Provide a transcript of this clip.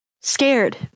Scared